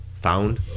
found